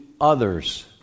others